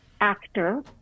actor